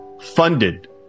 funded